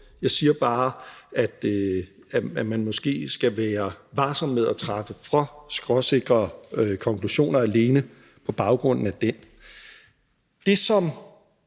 Jeg siger bare, at man måske skal være varsom med at træffe for skråsikre konklusioner alene på baggrund af den. Det, som